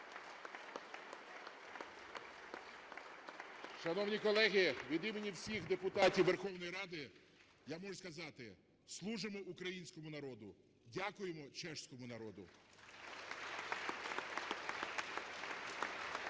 Шановні колеги, від імені всіх депутатів Верховної Ради я можу сказати: служимо українському народу, дякуємо чеському народу.